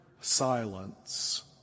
silence